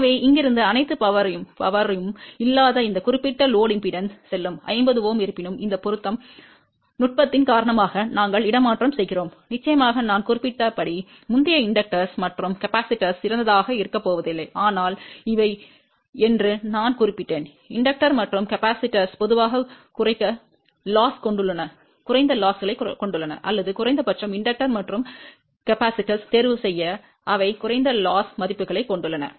எனவே இங்கிருந்து அனைத்து சக்தியும் இல்லாத இந்த குறிப்பிட்ட சுமை மின்மறுப்புக்கு செல்லும் 50 Ω இருப்பினும் இந்த பொருந்தும் நுட்பத்தின் காரணமாக நாங்கள் இடமாற்றம் செய்கிறோம் நிச்சயமாக நான் குறிப்பிட்டபடி முந்தைய தூண்டிகள் மற்றும் மின்தேக்கிகள் சிறந்ததாக இருக்கப்போவதில்லை ஆனால் இவை என்று நான் குறிப்பிட்டேன் தூண்டிகள் மற்றும் மின்தேக்கிகள் பொதுவாக குறைந்த இழப்புகளைக் கொண்டுள்ளன அல்லது குறைந்தபட்சம் தூண்டல் மற்றும் மின்தேக்கியைத் தேர்வுசெய்க அவை குறைந்த இழப்பு மதிப்புகளைக் கொண்டுள்ளன